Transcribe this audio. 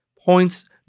points